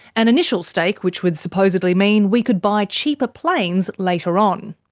an initial stake which would supposedly mean we could buy cheaper planes later on.